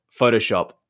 Photoshop